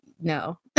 no